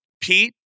Pete